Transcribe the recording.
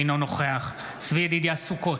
אינו נוכח צבי ידידיה סוכות,